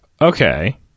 Okay